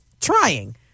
trying